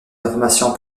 informations